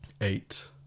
eight